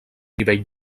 nivell